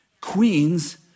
queens